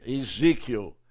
Ezekiel